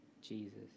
Jesus